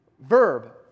verb